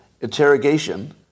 interrogation